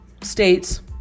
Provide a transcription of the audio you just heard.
states